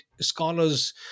scholars